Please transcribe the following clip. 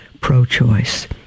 pro-choice